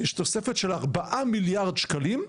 יש תוספת של ארבעה מיליארד שקלים,